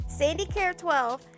sandycare12